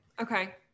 Okay